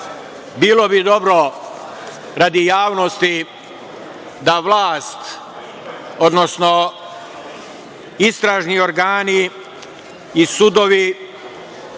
bilo bi dobro, radi javnosti, da vlast, odnosno istražni organi i sudovi